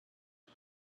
its